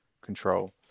control